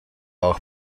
auch